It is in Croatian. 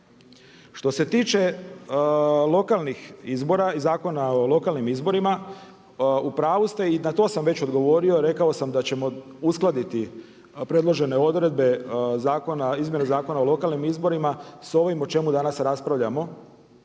Što se tiče lokalnih izbora i Zakona o lokalnim izborima, upravu ste i na tom sam već odgovorio, rekao sam da ćemo uskladiti predložene odredbe izmjene Zakona o lokalnim izborima s ovim o čemu danas raspravljamo.